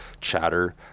chatter